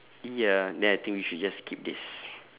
ya then I think we should just skip this